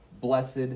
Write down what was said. blessed